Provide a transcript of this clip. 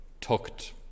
tucked